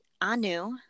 Anu